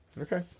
Okay